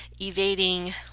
evading